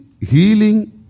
healing